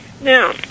Now